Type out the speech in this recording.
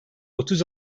otuz